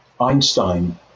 Einstein